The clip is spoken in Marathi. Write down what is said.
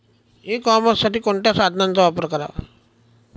ई कॉमर्ससाठी कोणत्या साधनांचा वापर करावा?